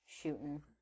shooting